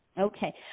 Okay